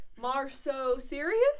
Mar-so-serious